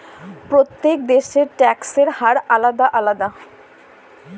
প্রত্যেক দেশের ট্যাক্সের হার আলাদা আলাদা